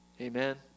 Amen